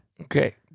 Okay